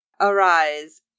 arise